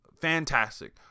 fantastic